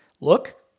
Look